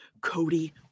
Cody